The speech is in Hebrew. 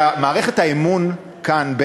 כי מערכת האמון כאן,